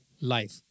life